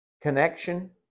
connection